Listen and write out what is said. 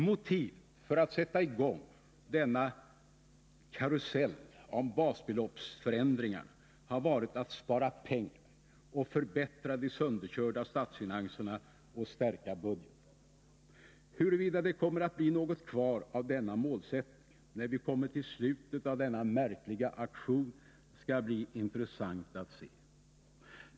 Motivet för att sätta i gång hela denna karusell om basbeloppsförändringarna har varit att spara pengar och förbättra de sönderkörda statsfinanserna och stärka budgeten. Huruvida det kommer att bli något kvar av denna målsättning när vi kommit till slutet av denna märkliga aktion skall bli intressant att se.